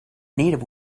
native